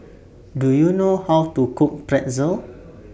Do YOU know How to Cook Pretzel